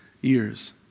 years